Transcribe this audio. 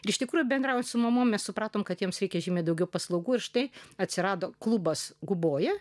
ir iš tikrųjų bendrauti su mamomis supratome kad jiems reikia žymiai daugiau paslaugų ir štai atsirado klubas guboja